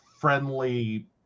friendly